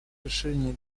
расширение